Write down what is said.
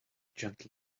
gentle